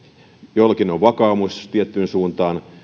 joillakin ne ovat vakaumus tiettyyn suuntaan